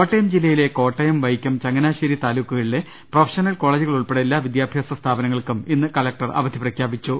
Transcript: കോട്ടയം ജില്ലയിലെ കോട്ടയം വൈക്കം ചങ്ങനാശേരി താലൂ ക്കുകളിലെ പ്രൊഫഷണൽ കോളജുകൾ ഉൾപ്പെടെ എല്ലാ വിദ്യാ ഭ്യാസ സ്ഥാപനങ്ങൾക്കും ഇന്ന് കലക്ടർ അവധി പ്രഖ്യാപിച്ചു